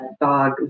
dog